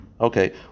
Okay